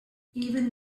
even